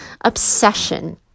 obsession